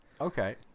Okay